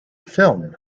film